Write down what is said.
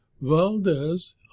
Valdez